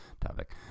topic